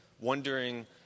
wondering